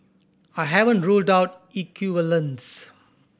I haven't ruled out equivalence